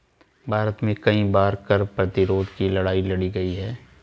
भारत में कई बार कर प्रतिरोध की लड़ाई लड़ी गई है